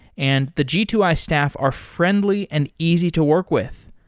and the g two i staff are friendly and easy to work with.